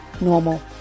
normal